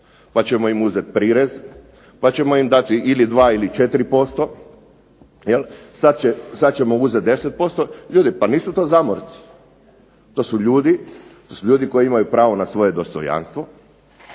pa ćemo im uzeti prirez, pa ćemo im dati ili 2 i 4%. Jel? Sad ćemo uzeti 10%. Ljudi, pa nisu to zamorci. To su ljudi. To su ljudi koji imaju pravo na svoje dostojanstvo.